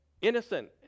innocent